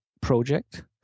project